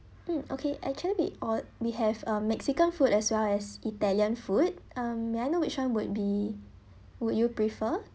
mm okay actually we od~ we have um mexican food as well as italian food um may I know which one would be would you prefer